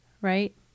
right